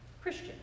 Christian